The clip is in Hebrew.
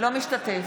אינו משתתף